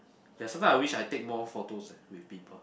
ya sometime I wish I take more photos eh with people